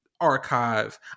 archive